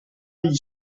agli